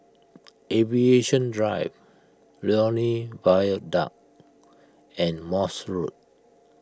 Aviation Drive Lornie Viaduct and Morse Road